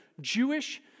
Jewish